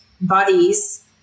bodies